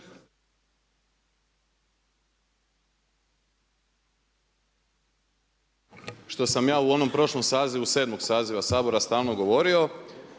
što sam ja u onom prošlom sazivu 7. saziva Sabora stalno govorio,